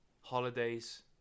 holidays